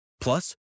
Plus